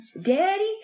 Daddy